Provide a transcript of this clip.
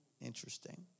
Interesting